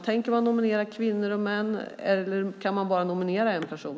Tänker man nominera kvinnor och män, eller kan man nominera bara en person?